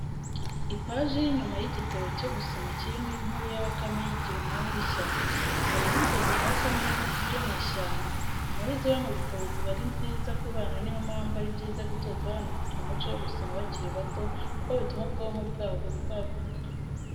Ipaji y'inyuma y'igitabo cyo gusama kirimo inkuru ya Bakame yigira umwami w'ishyamba, hariho inzovu na Bakame n'ibiti byo mu ishyamba, inkuru ziba mu bitabo ziba ari nziza ku bana niyo mpamvu ari byiza gutoza abana kugira umuco wo gusoma bakiri bato, kuko bituma ubwonko bwabo bwaguka.